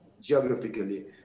geographically